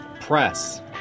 press